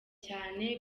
cyane